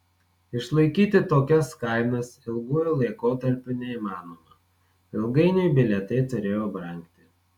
išlaikyti tokias kainas ilguoju laikotarpiu neįmanoma ilgainiui bilietai turėjo brangti